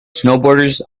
snowboarders